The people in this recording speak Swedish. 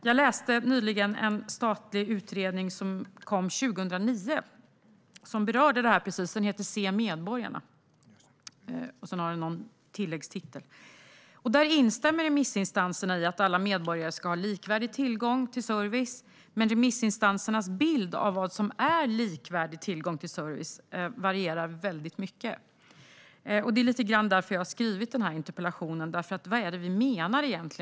Jag läste nyligen en statlig utredning från 2009, Se medborgarna - för bättre offentlig service , som berörde detta. Där instämmer remissinstanserna i att alla medborgare ska ha likvärdig tillgång till service. Men remissinstansernas bild av vad som är likvärdig tillgång till service varierar väldigt mycket. Det är lite grann därför som jag har skrivit den här interpellationen. Vad menar man egentligen med att hela Sverige ska leva?